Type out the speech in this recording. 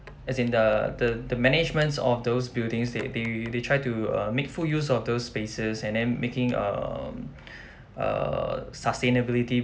as in the the the managements of those buildings they they they try to uh make full use of those spaces and then making um err sustainability